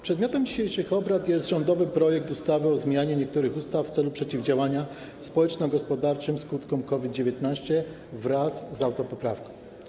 Przedmiotem dzisiejszych obrad jest rządowy projekt ustawy o zmianie niektórych ustaw w celu przeciwdziałania społeczno-gospodarczym skutkom COVID-19, wraz z autopoprawką.